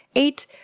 eight.